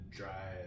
dry